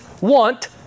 want